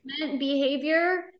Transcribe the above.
behavior